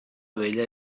vella